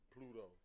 Pluto